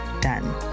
done